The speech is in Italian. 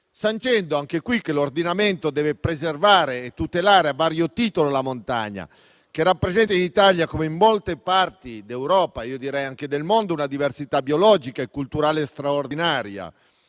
sancendo anche qui che l'ordinamento deve preservare e tutelare a vario titolo la montagna, che rappresenta in Italia come in molte parti d'Europa - io direi anche del mondo - una diversità biologica e culturale straordinaria.